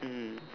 mmhmm